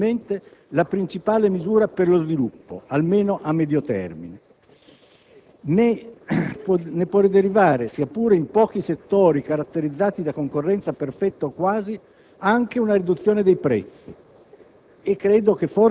costituisce probabilmente la principale misura per lo sviluppo, almeno a medio termine. Ne può derivare, sia pure in pochi settori caratterizzati da concorrenza perfetta o quasi, anche una riduzione dei prezzi